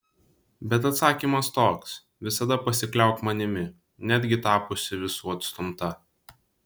bet atsakymas toks visada pasikliauk manimi netgi tapusi visų atstumta